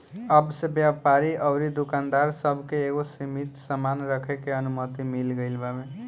अब से व्यापारी अउरी दुकानदार सब के एगो सीमित सामान रखे के अनुमति मिल गईल बावे